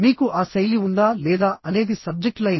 మీకు ఆ శైలి ఉందా లేదా అనేది సబ్జెక్ట్ లైన్